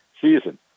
season